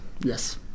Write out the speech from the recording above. Yes